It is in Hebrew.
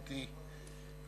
רותי,